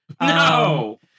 no